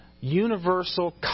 Universal